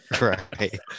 Right